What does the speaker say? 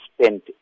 spent